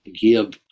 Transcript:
give